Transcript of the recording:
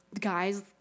guys